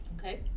Okay